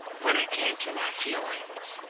when it came to my feelings.